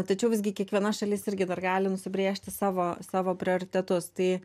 tačiau visgi kiekviena šalis irgi dar gali nusibrėžti savo savo prioritetus tai